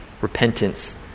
repentance